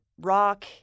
Rock